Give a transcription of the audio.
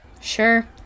Sure